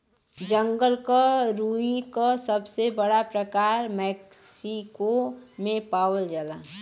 जंगल क रुई क सबसे बड़ा प्रकार मैक्सिको में पावल जाला